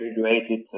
graduated